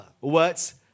words